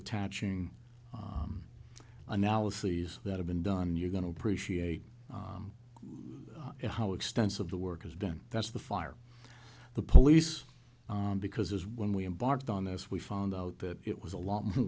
attaching analyses that have been done you're going to appreciate it how extensive the work is done that's the fire the police because when we embarked on this we found out that it was a lot more